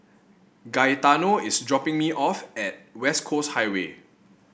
Gaetano is dropping me off at West Coast Highway